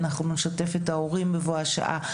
אנחנו גם נשתף את ההורים בבוא השעה.